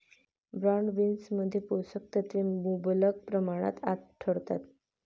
broad बीन्समध्ये पोषक तत्वे मुबलक प्रमाणात आढळतात